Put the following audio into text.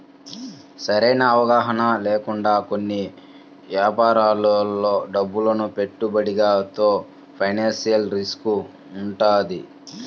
సరైన అవగాహన లేకుండా కొన్ని యాపారాల్లో డబ్బును పెట్టుబడితో ఫైనాన్షియల్ రిస్క్ వుంటది